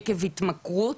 עקב התמכרות,